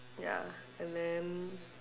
ya and then